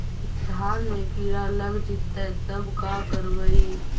धान मे किड़ा लग जितै तब का करबइ?